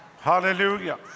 Hallelujah